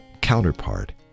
counterpart